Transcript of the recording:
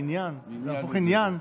עניין ממשהו שלא צריך להיות עניין.